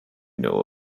know